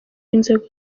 inzego